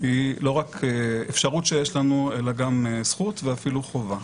היא לא רק אפשרות שיש לנו אלא גם זכות ואפילו חובה,